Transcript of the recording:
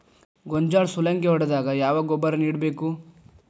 ಗೋಂಜಾಳ ಸುಲಂಗೇ ಹೊಡೆದಾಗ ಯಾವ ಗೊಬ್ಬರ ನೇಡಬೇಕು?